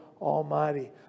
Almighty